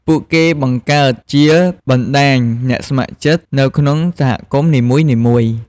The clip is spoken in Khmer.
ពួកគេបង្កើតជាបណ្តាញអ្នកស្ម័គ្រចិត្ត នៅក្នុងសហគមន៍នីមួយៗ។